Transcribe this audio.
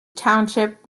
township